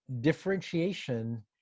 differentiation